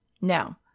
Now